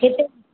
हिते